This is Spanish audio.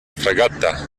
fragata